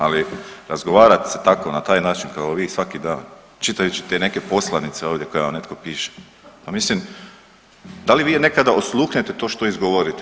Ali, razgovarati se tako, na taj način kao vi svaki dan, čitajući te neke poslanice ovdje koje vam netko piše, pa mislim, da li vi nekada osluhnete to što izgovorite?